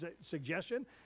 suggestion